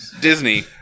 Disney